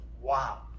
wow